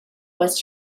was